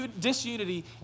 disunity